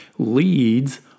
leads